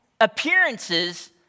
Appearances